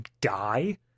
die